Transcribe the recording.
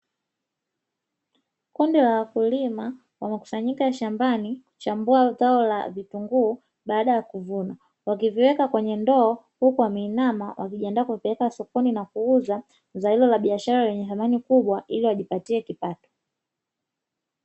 Kundi la wakulima, wamekusanyika shambani kuchambua zao la vitunguu baada ya kuvunwa, wakiviweka kwenye ndoo huku wameinama, wakijiandaa kupeleka sakoni na kuuza zao hilo la biashara lenye thamani kubwa ili wajipatie kipato.